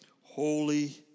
Holy